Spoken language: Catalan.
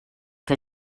que